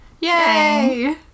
Yay